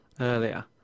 earlier